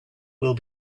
will